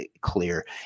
clear